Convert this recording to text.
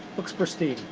looks pristine.